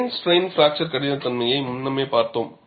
plane strain fracture கடினத்தன்மையை முன்னரே பார்த்தோம்